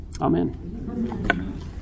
Amen